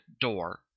door